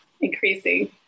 increasing